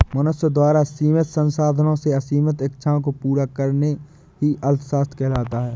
मनुष्य द्वारा सीमित संसाधनों से असीमित इच्छाओं को पूरा करना ही अर्थशास्त्र कहलाता है